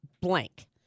blank